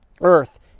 Earth